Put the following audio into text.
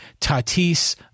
Tatis